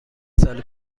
سال